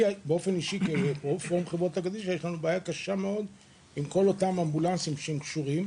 לנו בפורום יש בעיה קשה מאוד עם כל האמבולנסים שקשורים.